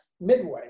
Midway